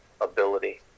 ability